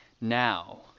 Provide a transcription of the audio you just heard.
now